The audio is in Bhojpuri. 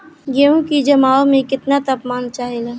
गेहू की जमाव में केतना तापमान चाहेला?